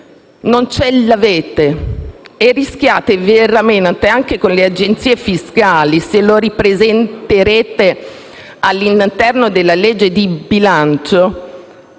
non ce l'avete e rischiate veramente, anche con le agenzie fiscali, se ripresenterete la norma all'interno della legge di bilancio,